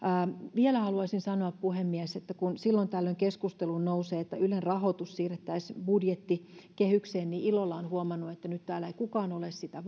vielä haluaisin sanoa puhemies että kun silloin tällöin keskusteluun nousee että ylen rahoitus siirrettäisiin budjettikehykseen niin ilolla olen huomannut että nyt täällä ei kukaan ole sitä